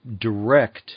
direct